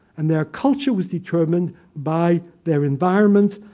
and their culture was determined by their environment,